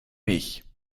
mich